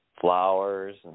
flowers